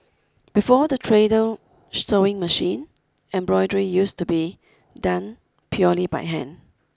before the treadle sewing machine embroidery used to be done purely by hand